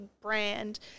brand